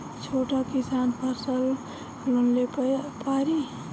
छोटा किसान फसल लोन ले पारी?